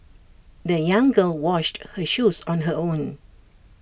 the young girl washed her shoes on her own